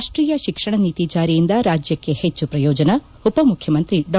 ರಾಷ್ವೀಯ ಶಿಕ್ಷಣ ನೀತಿ ಚಾರಿಯಿಂದ ರಾಜ್ಯಕ್ಕೆ ಹೆಚ್ಚು ಪ್ರಯೋಜನ ಉಪಮುಖ್ಯಮಂತ್ರಿ ಡಾ